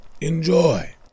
enjoy